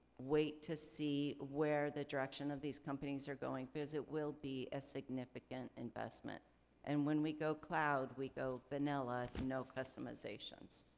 wait to see where the direction of these companies are going because it will be a significant investment and when we go cloud, we go vanilla, no customizations.